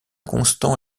constant